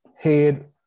head